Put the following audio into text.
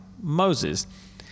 Moses